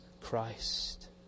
Christ